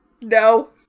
No